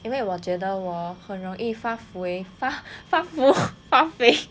因为我觉得我很容易发肥发发福发肥